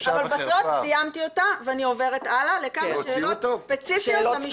אבל בסוף סיימתי אותה ואני עוברת הלאה לכמה שאלות ספציפיות למשטרה.